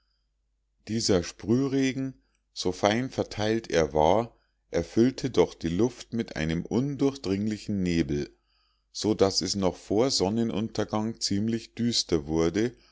dieser sprühregen so fein verteilt er war erfüllte doch die luft mit einem undurchdringlichen nebel so daß es noch vor sonnenuntergang ziemlich düster wurde